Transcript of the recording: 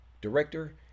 Director